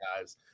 guys